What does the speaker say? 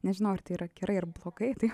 nežinau ar tai yra gerai ir blogai taip